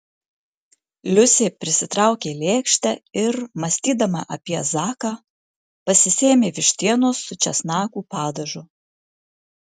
liusė prisitraukė lėkštę ir mąstydama apie zaką pasisėmė vištienos su česnakų padažu